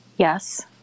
Yes